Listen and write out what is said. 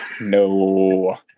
No